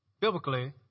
biblically